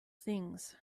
things